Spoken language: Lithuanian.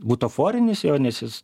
butaforinis jo nes jis